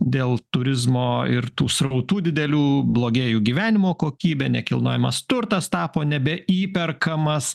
dėl turizmo ir tų srautų didelių blogėja jų gyvenimo kokybė nekilnojamas turtas tapo nebeįperkamas